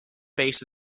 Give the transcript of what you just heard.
base